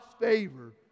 favor